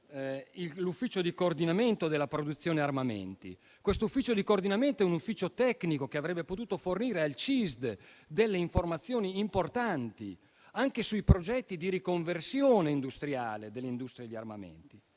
l'ufficio di coordinamento della produzione armamenti? Questo ufficio di coordinamento è un ufficio tecnico, che avrebbe potuto fornire al CISD delle informazioni importanti anche sui progetti di riconversione industriale dell'industria di armamenti.